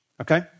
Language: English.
Okay